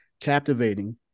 captivating